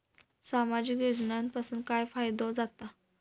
सामाजिक योजनांपासून काय फायदो जाता?